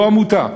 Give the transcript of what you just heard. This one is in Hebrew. לא עמותה,